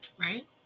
right